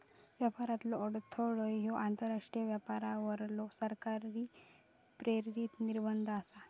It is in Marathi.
व्यापारातलो अडथळो ह्यो आंतरराष्ट्रीय व्यापारावरलो सरकार प्रेरित निर्बंध आसा